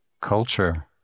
culture